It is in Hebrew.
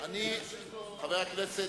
את סמכויות הפרלמנט,